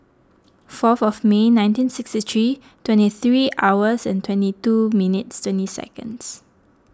fourth of May nineteen sixty three twenty three hours and twenty two minutes twenty seconds